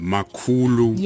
Makulu